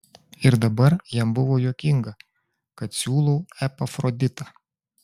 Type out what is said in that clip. ir dabar jam buvo juokinga kad siūlau epafroditą